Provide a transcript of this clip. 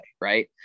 Right